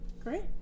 Great